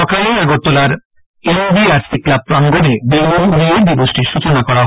সসকালে আগরতলার NBRC club প্রাঙ্গনে balloon উড়িয়ে দিবসটির সূচনা হয়